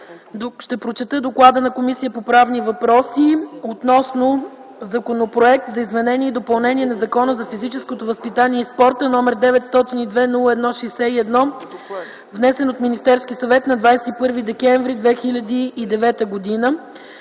Ще прочета доклада на Комисията по правни въпроси относно Законопроекта за изменение и допълнение на Закона за физическото възпитание и спорта, № 902-01-61, внесен от Министерския съвет на 21 декември 2009 г.